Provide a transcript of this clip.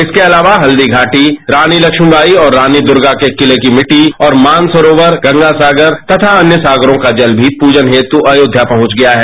इसके अलावा हल्दीघाटी रानी लक्ष्मीवाई और रानी दुर्गा के किले की मिट्टी और मानसरोवर गंगासागर तथा अन्य सागरों का जल भी प्रजन हेतु अयोध्या पहुंच गया है